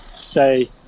stay